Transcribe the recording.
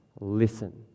listen